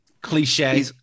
Cliche